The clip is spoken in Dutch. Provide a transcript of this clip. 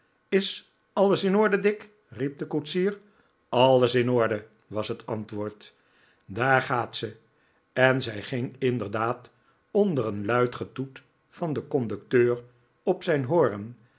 is alles in orde dick riep de koetsier alles in orde was het antwoord daar gaat ze en zij ging inderdaad onder een luid getoet van den conducteur op zijn hoorn